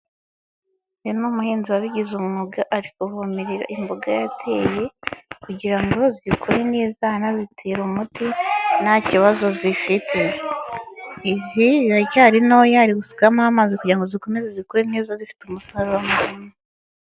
Uyu ni umuhinzi wabigize umwuga ari kuzivomerera imboga yateye kugira ngo zikure neza anazitera umuti ntakibazo zifite. izi ziracyari ntoya ari gusukamo amazi kugira ngo zikomeze zikure neza zifite umusaruro muzima.